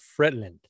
Fretland